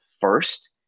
first